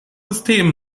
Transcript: system